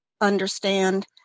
understand